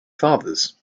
fathers